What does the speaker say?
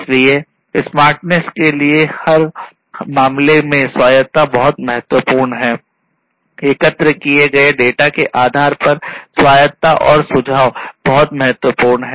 इसलिए स्मार्टनेस के लिए हर मामले में स्वायत्तता बहुत महत्वपूर्ण है एकत्र किए गए डेटा के आधार पर स्वायत्तता और सुझाव बहुत महत्वपूर्ण हैं